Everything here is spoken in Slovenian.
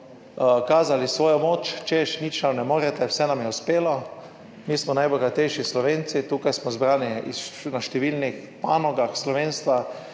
kazali svojo moč, češ, nič nam ne morete, vse nam je uspelo, mi smo najbogatejši Slovenci, tukaj smo zbrani na številnih panogah slovenstva